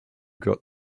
got